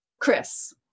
Chris